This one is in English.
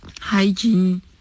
hygiene